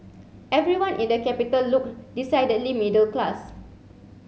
everyone in the capital looked decidedly middle class